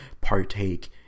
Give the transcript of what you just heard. partake